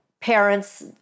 parents